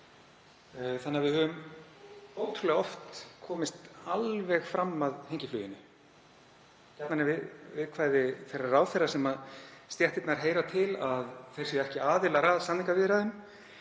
þannig að við höfum ótrúlega oft komist alveg fram að hengifluginu. Gjarnan er viðkvæði þeirra ráðherra sem stéttirnar heyra til að þeir séu ekki aðilar að samningaviðræðum.